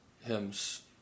hymns